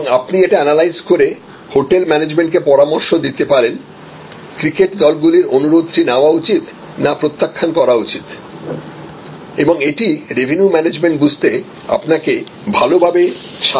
এবং আপনি এটা এনালাইজ করে হোটেল ম্যানেজমেন্ট কে পরামর্শ দিতে পারেন ক্রিকেট দলগুলির অনুরোধটি নেওয়া উচিত না প্রত্যাখ্যান করা উচিত এবং এটি রেভিনিউ ম্যানেজমেন্ট বুঝতে আপনাকে ভাল ভাবে সাহায্য করবে